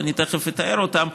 שאני תכף אתאר אותן,